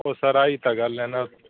ਉਹ ਸਰ ਆ ਹੀ ਤਾਂ ਗੱਲ ਹੈ ਨਾ